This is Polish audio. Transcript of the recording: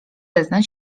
zeznań